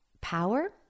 power